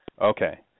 Okay